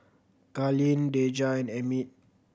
Carleen Dejah and Emmit